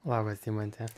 labas deimante